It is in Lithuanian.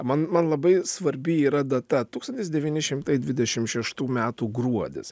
man man labai svarbi yra data tūkstantis devyni šimtai dvidešim šeštų metų gruodis